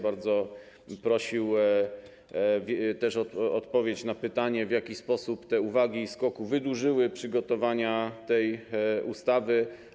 Bardzo bym prosił o odpowiedź na pytanie: W jaki sposób te uwagi SKOK-u wydłużyły przygotowania tej ustawy?